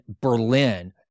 Berlin